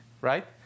right